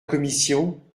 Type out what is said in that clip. commission